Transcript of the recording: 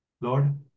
Lord